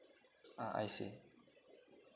ah I see